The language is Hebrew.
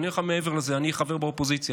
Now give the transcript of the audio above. אני אומר לך מעבר לזה, אני חבר באופוזיציה.